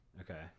Okay